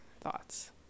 thoughts